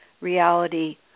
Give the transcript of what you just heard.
reality